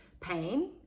pain